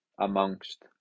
amongst